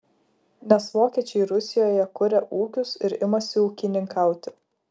nes vokiečiai rusijoje kuria ūkius ir imasi ūkininkauti